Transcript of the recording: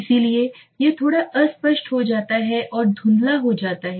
इसीलिए यह थोड़ा अस्पष्ट हो जाता है और धुंधला हो जाता है